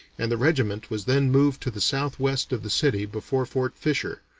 and the regiment was then moved to the southwest of the city before fort fisher,